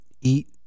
eat